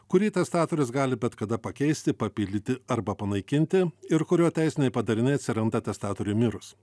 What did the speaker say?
kurį testatorius gali bet kada pakeisti papildyti arba panaikinti ir kurio teisiniai padariniai atsiranda testatoriui mirus